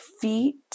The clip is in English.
feet